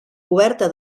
coberta